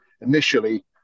initially